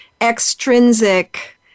extrinsic